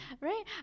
right